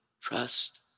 trust